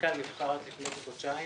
המנכ"ל נבחר רק לפני כחודשיים,